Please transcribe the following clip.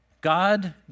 God